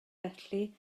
felly